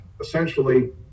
Essentially